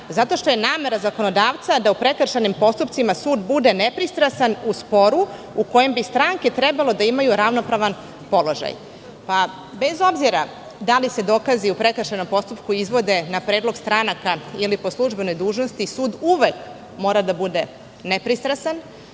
razloga što je namera zakonodavca da u prekršajnim postupcima sud bude nepristrasan u sporu u kojem bi stranke trebalo da imaju ravnopravan položaj. Bez obzira da li se dokazi u prekršajnom postupku izvode na predlog stranaka ili po službenoj dužnosti, sud uvek mora da bude nepristrasan,